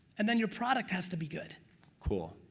and then your product has to be good cool.